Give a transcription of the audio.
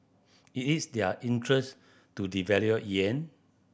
it is their interest to devalue yuan